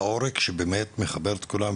העורק שבאמת מחבר את כולם,